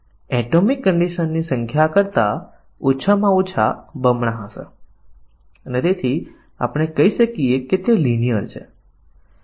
કોઈ આશ્ચર્ય નથી કે MCDC એ ખૂબ જ લોકપ્રિય વ્હાઇટ બોક્સ પરીક્ષણ વ્યૂહરચના છે તે ઘણી પ્રમાણિત એજન્સીઓ દ્વારા ફરજિયાત છે કે પ્રોગ્રામ્સને MCDC કવરેજ હોવું જરૂરી છે તો જ સોફ્ટવેર સ્વીકાર્ય છે